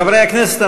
חברי הכנסת,